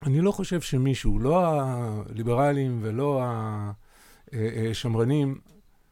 אני לא חושב שמישהו, לא הליברליים ולא השמרנים...